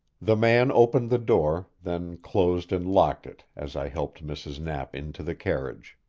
the man opened the door, then closed and locked it as i helped mrs. knapp into the carriage.